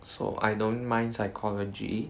so I don't mind psychology